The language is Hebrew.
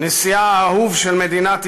נשיאה האהוב של מדינת ישראל,